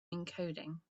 encoding